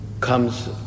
comes